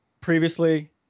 previously